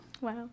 Wow